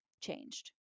changed